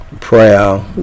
Prayer